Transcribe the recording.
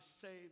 saved